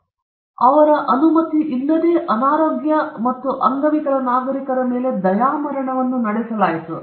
ಮತ್ತು ಅವರ ಅನುಮತಿ ಮತ್ತು ಅನುಮತಿಯಿಲ್ಲದೆ ಅನಾರೋಗ್ಯ ಮತ್ತು ಅಂಗವಿಕಲ ನಾಗರಿಕರ ಮೇಲೆ ದಯಾಮರಣವನ್ನು ನಡೆಸಲಾಯಿತು